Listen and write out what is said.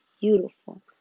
beautiful